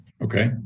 Okay